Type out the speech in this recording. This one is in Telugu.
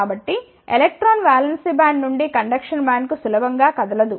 కాబట్టి ఎలక్ట్రాన్ వాలెన్స్ బ్యాండ్ నుండి కండక్షన్ బ్యాండ్కు సులభం గా కదలదు